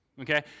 Okay